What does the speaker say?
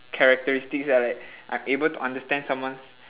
characteristics lah like I'm able to understand someone's